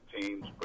teams